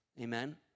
amen